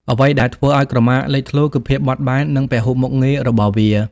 អ្វីដែលធ្វើឲ្យក្រមាលេចធ្លោ គឺ ភាពបត់បែន និងពហុមុខងារ របស់វា។